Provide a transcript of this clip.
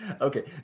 okay